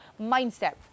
mindset